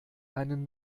einen